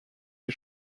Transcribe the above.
des